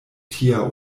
tia